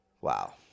Wow